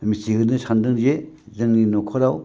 मिथिहोनो सान्दों जे जोंनि न'खराव